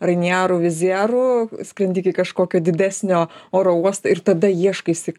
rainieru vizieru skrendi iki kažkokio didesnio oro uosto ir tada ieškaisi